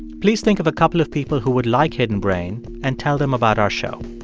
please think of a couple of people who would like hidden brain and tell them about our show